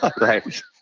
right